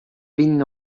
been